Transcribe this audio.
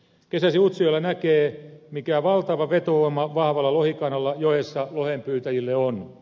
kesäisin utsjoella näkee mikä valtava vetovoima vahvalla jokikannalla joessa lohenpyytäjille on